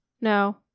No